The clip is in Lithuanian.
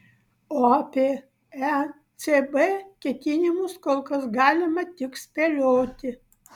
o apie ecb ketinimus kol kas galima tik spėlioti